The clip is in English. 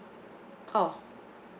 oh